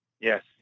Yes